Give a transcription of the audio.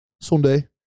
Sunday